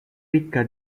ricca